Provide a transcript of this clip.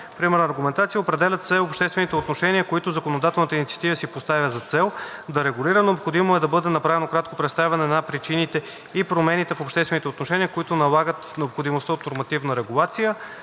Примерна аргументация. Определят се обществените отношения, които законодателната инициатива си поставя за цел да регулира. Необходимо е да бъде направено кратко представяне на причините и промените в обществените отношения, които налагат необходимостта от нормативна регулация.